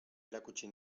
erakutsi